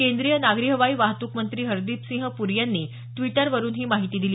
केंद्रीय नागरी हवाई वाहतूक मंत्री हरदीपसिंह पूरी यांनी ड्वीटरवरून ही माहिती दिली